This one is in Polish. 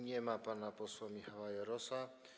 Nie ma pana posła Michała Jarosa.